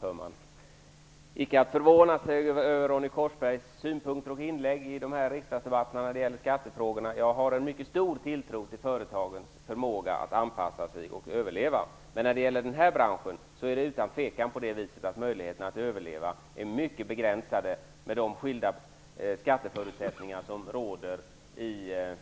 Fru talman! Man upphör icke att förvånas över Jag har en mycket stor tilltro till företagens förmåga att anpassa sig och överleva. Men när det gäller denna bransch är möjligheterna att överleva utan tvekan mycket begränsade med de skilda skatteförutsättningar som råder mellan